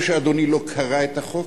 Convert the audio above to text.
או שאדוני לא קרא את החוק,